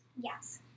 Yes